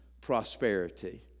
prosperity